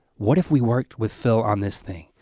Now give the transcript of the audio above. what if we worked with phil on this thing?